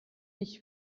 nicht